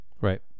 Right